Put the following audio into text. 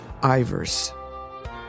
Ivers